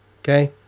Okay